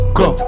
go